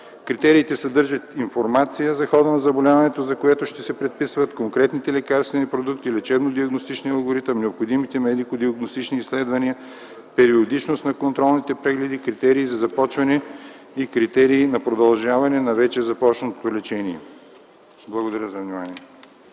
Критериите съдържат информация за хода на заболяването, за което ще се предписват конкретните лекарствени продукти, лечебно-диагностичния логаритъм, необходимите медико-диагностични изследвания, периодичност на контролните прегледи и критерии за започване и критерии на продължаване на вече започнатото лечение. Благодаря за вниманието.